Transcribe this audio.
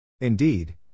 Indeed